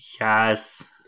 Yes